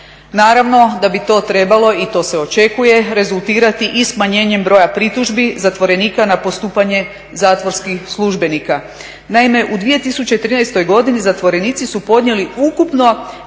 Naravno da bi to trebalo i to se očekuje rezultirati i smanjenjem broja pritužbi zatvorenika na postupanje zatvorskih službenika. Naime, u 2013. godini zatvorenici su podnijeli ukupno